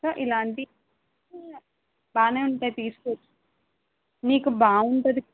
so ఇలాంటి బాగానే ఉంటాయి తీస్కోవచ్చు మీకు బాగుంటుంది